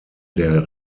der